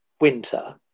winter